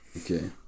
Okay